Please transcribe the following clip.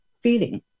feeding